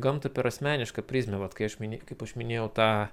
gamtą per asmenišką prizmę vat kai aš mini kaip aš minėjau tą